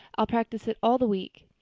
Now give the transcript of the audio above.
i'll practice it all the week.